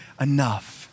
enough